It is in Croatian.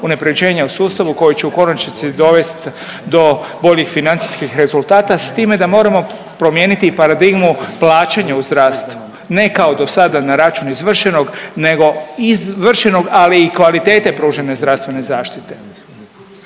unaprjeđenja u sustavu koji će u konačnici dovest do boljih financijskih rezultata s time da moramo promijeniti i paradigmu plaćanja u zdravstvu, ne kao dosada na račun izvršenog nego izvršenog, ali i kvalitete pružene zdravstvene zaštite.